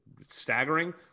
staggering